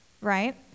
right